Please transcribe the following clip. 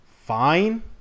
fine